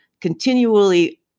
continually